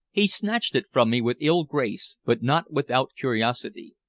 he snatched it from me with ill-grace, but not without curiosity.